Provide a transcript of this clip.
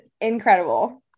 incredible